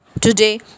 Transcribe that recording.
Today